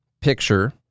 picture